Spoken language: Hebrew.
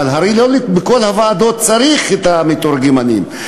אבל הרי לא בכל הוועדות צריך את המתורגמנים,